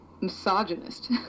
misogynist